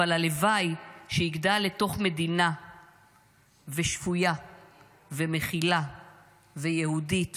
אבל הלוואי שיגדל לתוך מדינה שפויה ומכילה ויהודית